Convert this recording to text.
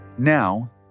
Now